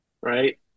right